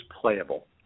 playable